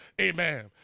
Amen